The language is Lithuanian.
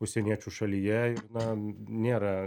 užsieniečių šalyje na nėra